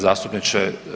zastupniče.